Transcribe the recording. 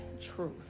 truth